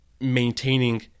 maintaining